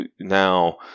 now